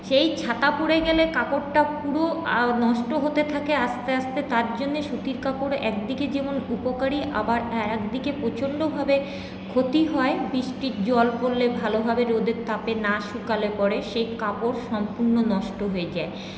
সেই ছাতা পড়ে গেলে কাপড়টা পুরো নষ্ট হতে থাকে আসতে আসতে তার জন্যে সুতির কাপড় একদিকে যেমন উপকারী আবার আরেকদিকে প্রচন্ডভাবে ক্ষতি হয় বৃষ্টির জল পড়লে ভালভাবে রোদের তাপে না শুকালে পরে সেই কাপড় সম্পূর্ণ নষ্ট হয়ে যায়